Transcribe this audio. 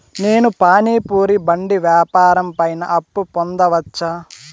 నేను పానీ పూరి బండి వ్యాపారం పైన అప్పు పొందవచ్చా?